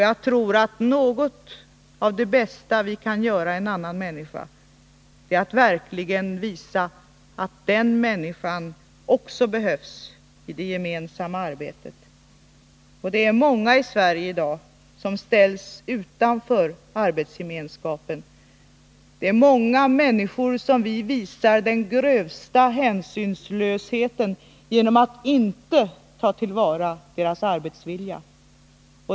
Jag tror att något av det bästa vi kan göra en annan människa är att verkligen visa att den människan också behövs i det gemensamma arbetet. Det är många människor i Sverige i dag som ställs utanför arbetsgemenskapen. Det är många människor som vi visar den grövsta hänsynslöshet mot genom att inte ta till vara deras arbetsvilja.